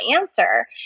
answer